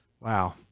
wow